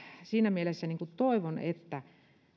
siinä mielessä toivon että